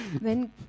Wenn